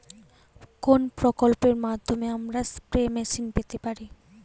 কোন প্রকল্পের মাধ্যমে আমরা স্প্রে মেশিন পেতে পারি?